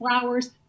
flowers